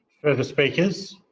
speakers.